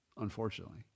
unfortunately